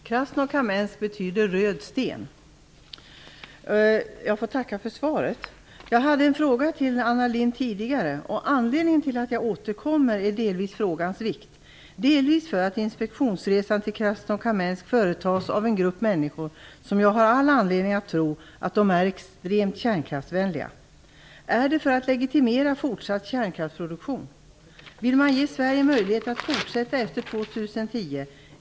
Fru talman! Krasnokamensk betyder röd sten. Jag får tacka för svaret. Tidigare hade jag en fråga till Anna Lindh. Anledningen till att jag nu återkommer är dels frågans vikt, dels att inspektionsresan till Krasnokamensk företas av en grupp människor som jag har all anledning att tro är extremt kärnkraftsvänliga. Är det för att legitimera fortsatt kärnkraftsproduktion? Vill man ge Sverige möjlighet att fortsätta efter 2010?